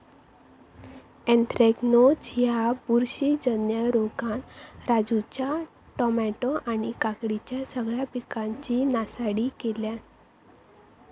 anthracnose ह्या बुरशीजन्य रोगान राजूच्या टामॅटो आणि काकडीच्या सगळ्या पिकांची नासाडी केल्यानं